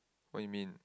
what you mean